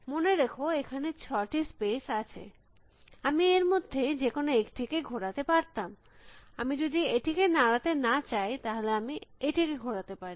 মনে রেখো এখানে ছটি স্পেস আছে আমি এর মধ্যে যেকোনো একটিকে ঘোরাতে পারতাম আমি যদি এটিকে নাড়াতে না চাই তাহলে আমি এটিকে ঘোরাতে পারি